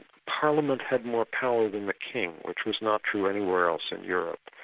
parliament had more power than the king, which was not true anywhere else in europe.